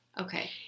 Okay